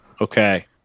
Okay